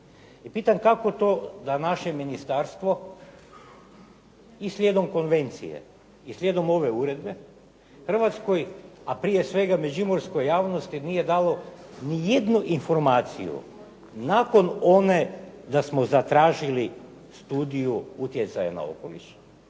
pitam kako to da naše ministarstvo i slijedom konvencije i slijedom ove uredbe Hrvatskoj, a prije svega međimurskoj javnosti nije dalo ni jednu informaciju nakon one da smo zatražili studiju utjecaja na okoliš.